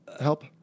help